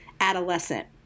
adolescent